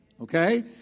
Okay